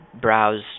browse